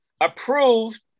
approved